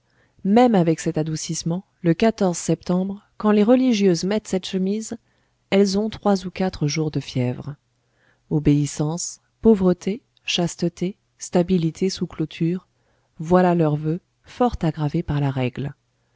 même avec cet adoucissement le septembre quand les religieuses mettent cette chemise elles ont trois ou quatre jours de fièvre obéissance pauvreté chasteté stabilité sous clôture voilà leurs voeux fort aggravés par la règle